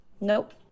nope